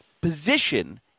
position